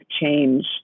change